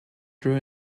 drew